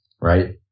right